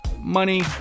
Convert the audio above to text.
money